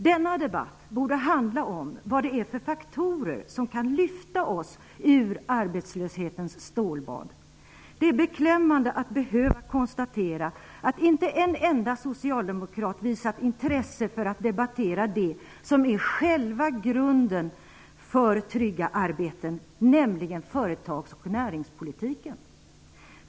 Denna debatt borde handla om vad det är för faktorer som kan lyfta oss ur arbetslöshetens stålbad. Det är beklämmande att behöva konstatera att inte en enda socialdemokrat har visat något intresse för att debattera det som är själva grunden för trygga arbeten, nämligen företags och näringspolitiken.